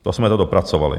To jsme to dopracovali!